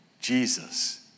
Jesus